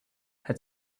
had